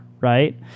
right